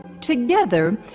Together